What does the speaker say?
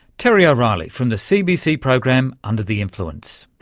terry o'reilly from the cbc program under the influence.